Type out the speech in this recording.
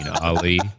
Ali